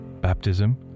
Baptism